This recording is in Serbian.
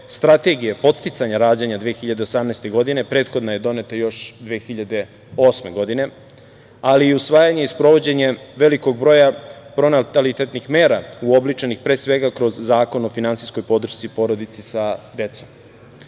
Strategije podsticanja rađanja 2018. godine. Prethodna je doneta još 2008. godine, ali i usvajanje i sprovođenje velikog broja pronatalitetnih mera uobličenih, pre svega, kroz Zakon o finansijskoj podršci porodici sa decom.O